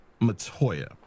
Matoya